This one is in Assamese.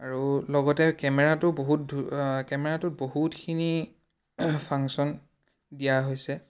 আৰু লগতে কেমেৰাটো বহুত ধু কেমেৰাটো বহুতখিনি ফাংশ্যন দিয়া হৈছে